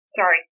sorry